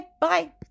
bye